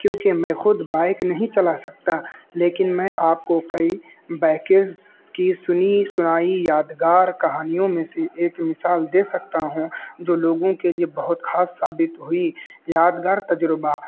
کیونکہ میں خود بائک نہیں چلا سکتا لیکن میں آپ کو کئی بائیکس کی سنی سنائی یادگار کہانیوں میں سے ایک مثال دے سکتا ہوں جو لوگوں کے لیے بہت خاص ثابت ہوئی یادگار تجربہ